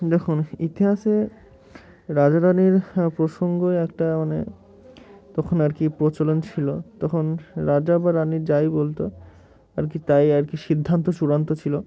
দেখুন ইতিহাসে রাজা রানীর প্রসঙ্গই একটা মানে তখন আর কি প্রচলন ছিল তখন রাজা বা রানীর যাই বলতো আর কি তাই আর কি সিদ্ধান্ত চূড়ান্ত ছিল